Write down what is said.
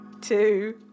two